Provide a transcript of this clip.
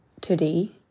today